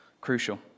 Crucial